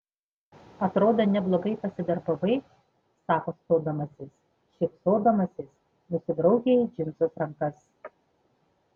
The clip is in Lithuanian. atrodo neblogai pasidarbavai sako stodamasis šypsodamasis nusibraukia į džinsus rankas